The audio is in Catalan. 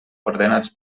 ordenats